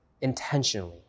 intentionally